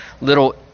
little